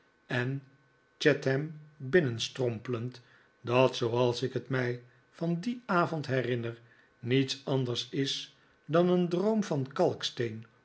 en chatham binnenstrompelend dat zooals ik het mij van dien avond herinner niets anders is dan een droom van